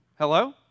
Hello